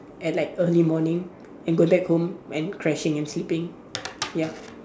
at like early morning and go back home and crashing and sleeping ya